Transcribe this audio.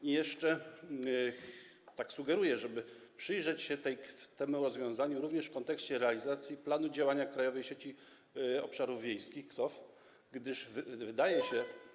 I jeszcze sugeruję, żeby przyjrzeć się temu rozwiązaniu również w kontekście realizacji planu działania Krajowej Sieci Obszarów Wiejskich, KSOW, gdyż wydaje się.